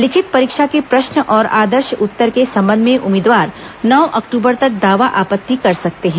लिखित परीक्षा के प्रश्न और आदर्श उत्तर के संबंध में उम्मीदवार नौ अक्टूबर तक दावा आपत्ति कर सकते हैं